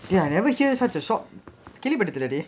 ya you never hear such a shop கேள்வி பட்டது இல்ல:kelvi pattathu illa dey